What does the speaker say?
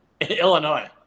illinois